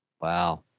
Wow